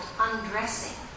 Undressing